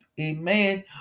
Amen